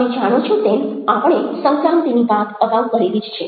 તમે જાણો છો તેમ આપણે સંક્રાંતિની વાત અગાઉ કરેલી જ છે